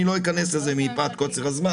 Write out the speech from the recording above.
אני לא אכנס לזה מפאת קוצר הזמן.